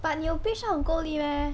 but 你有 bleach out 很够力 leh